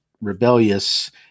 rebellious